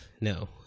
no